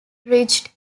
reached